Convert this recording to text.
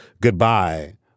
goodbye